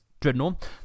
Dreadnought